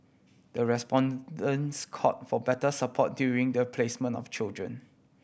the respondents called for better support during the placement of children